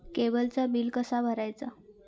केबलचा बिल कसा भरायचा?